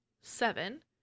seven